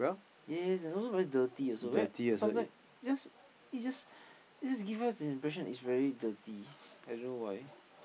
yes and also very dirty also very sometimes it just gives us the impression that it is very dirty I don't know why